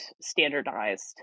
standardized